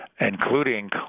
including